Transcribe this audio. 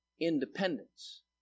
independence